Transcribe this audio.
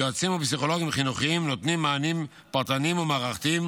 יועצים ופסיכולוגים חינוכיים נותנים מענים פרטניים ומערכתיים